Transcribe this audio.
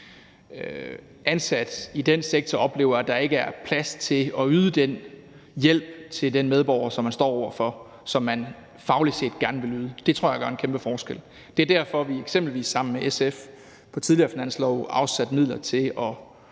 ansat i den sektor oplever, at der ikke er plads til at yde den hjælp, som man fagligt set gerne vil yde, til den medborger, man står over for. Det tror jeg gør en kæmpe forskel. Det er derfor, at vi eksempelvis sammen med SF på tidligere finanslove afsatte midler til at